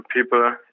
people